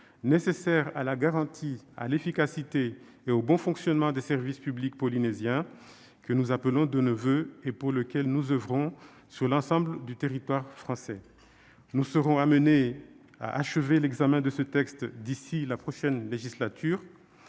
nécessaire à la garantie, à l'efficacité et au bon fonctionnement des services publics polynésiens, que nous appelons de nos voeux et pour lequel nous oeuvrons sur l'ensemble du territoire français. Nous serons amenés à achever l'examen de ce texte d'ici à la prochaine législature.